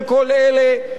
יש כסף,